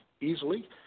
easily